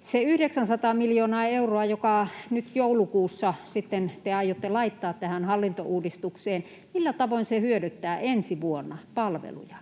Se 900 miljoonaa euroa, jonka nyt joulukuussa te aiotte laittaa tähän hallintouudistukseen — millä tavoin se hyödyttää ensi vuonna palveluja?